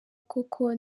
koko